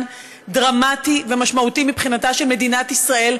דרמטי ומשמעותי מבחינתה של מדינת ישראל,